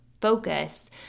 focus